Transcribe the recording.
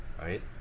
right